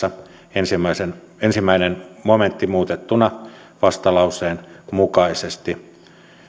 ensimmäinen momentti muutettuna vastalauseen mukaisesti